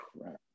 crap